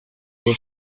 ubu